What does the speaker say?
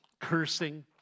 cursing